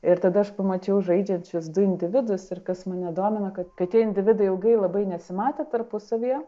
ir tada aš pamačiau žaidžiančius du individus ir kas mane domina kad kad tie individai ilgai labai nesimatė tarpusavyje